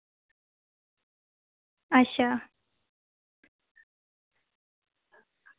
अच्छा